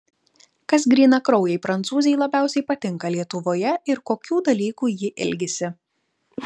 kas grynakraujei prancūzei labiausiai patinka lietuvoje ir kokių dalykų ji ilgisi